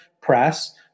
press